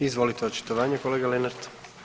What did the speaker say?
Izvolite očitovanje kolega Lenart.